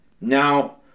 now